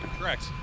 Correct